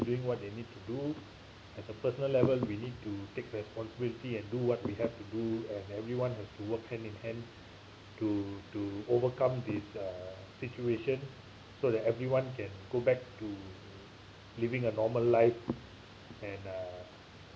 doing what they need to do as a personal level we need to take responsibility and do what we have to do and everyone has to work hand in hand to to overcome this uh situation so that everyone can go back to living a normal life and uh